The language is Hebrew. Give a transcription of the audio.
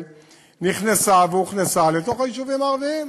נכנסה והוכנסה לתוך היישובים הערביים.